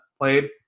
played